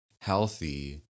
healthy